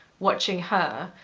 watching her,